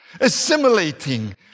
assimilating